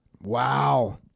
Wow